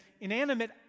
inanimate